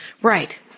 Right